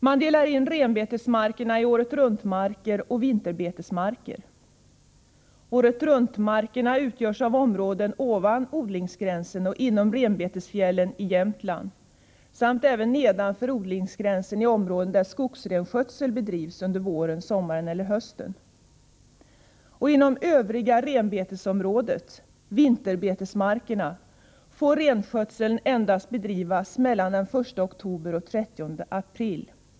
Renbetesmarkerna delas in i åretruntmarker och vinterbetesmarker. Åretruntmarkerna utgörs av områden ovan odlingsgränsen och inom renbetesfjällen i Jämtland samt även nedanför odlingsgränsen i områden, där skogsrenskötsel bedrivs under våren, sommaren eller hösten. Inom övriga renbetesområdet, vinterbetesmarkerna, får renskötsel endast bedrivas mellan 1 oktober och 30 april.